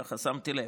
ככה שמתי לב.